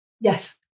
yes